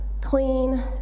clean